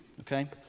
okay